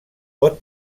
pot